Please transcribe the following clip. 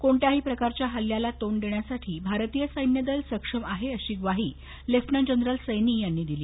कोणत्याही प्रकारच्या हल्ल्याला तोंड देण्यासाठी भारतीय सैन्य दल सक्षम आहे अशी ग्वाही लेफ्टनंट जनरल सैनी यांनी दिली